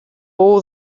all